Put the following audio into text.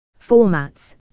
Formats